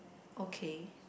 okay